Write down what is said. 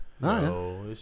No